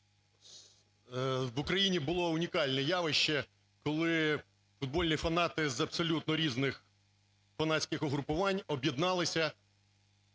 в Україні було унікальне явище, коли футбольні фанати з абсолютно різних фанатських угрупувань об'єдналися